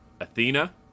Athena